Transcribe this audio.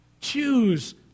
Choose